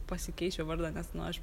pasikeičiau vardą nes nu aš